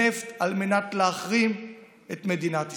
הנפט, על מנת להחרים את מדינת ישראל.